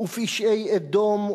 ופשעי אדום,